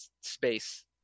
space